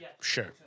Sure